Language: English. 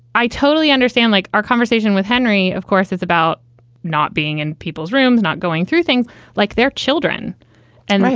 i totally understand. like our conversation with henry, of course, is about not being in people's rooms, not going through things like their children and.